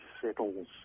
settles